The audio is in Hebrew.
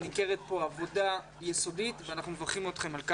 ניכרת כאן עבודה יסודית ועל כך אנחנו מברכים אתכם.